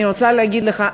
אני רוצה להגיד לך,